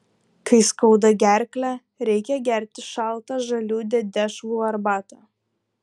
kai skauda gerklę reikia gerti šaltą žalių dedešvų arbatą